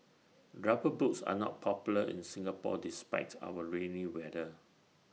rubber boots are not popular in Singapore despite our rainy weather